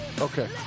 Okay